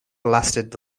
lasted